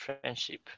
friendship